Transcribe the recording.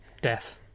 death